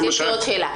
יש לי עוד שאלה.